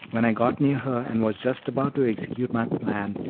when i got near her and was just about to execute my plan,